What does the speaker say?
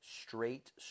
straight